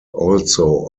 also